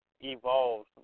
evolved